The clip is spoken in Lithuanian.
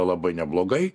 labai neblogai